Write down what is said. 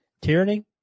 Tyranny